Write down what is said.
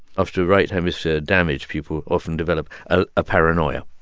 after right hemisphere damage, people often develop a ah paranoia,